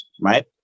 right